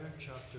chapter